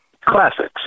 Classics